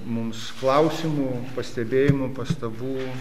mums klausimų pastebėjimų pastabų